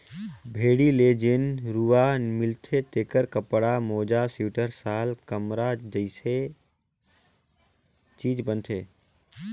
भेड़ी ले जेन रूआ मिलथे तेखर कपड़ा, मोजा सिवटर, साल, कमरा जइसे चीज बनथे